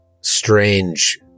strange